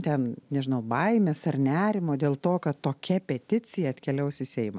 ten nežinau baimės ar nerimo dėl to kad tokia peticija atkeliaus į seimą